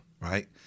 Right